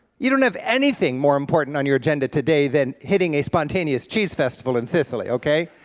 you don't have anything more important on your agenda today than hitting a spontaneous cheese festival in sicily, okay.